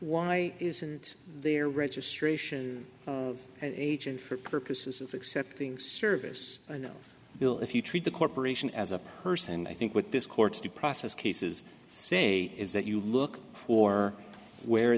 why isn't there registration an agent for purposes of accepting service and bill if you treat the corporation as a person i think with this court's due process cases say is that you look for where